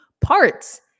parts